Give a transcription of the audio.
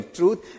truth